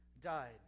died